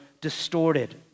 distorted